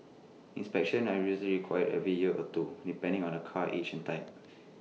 inspections are usually required every year or two depending on A car's age and type